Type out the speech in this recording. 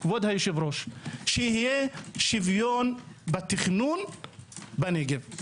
כבוד היושב-ראש שיהיה שוויון בתכנון בנגב.